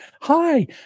Hi